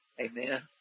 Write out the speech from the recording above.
Amen